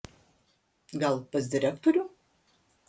gal pas direktorių